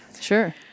Sure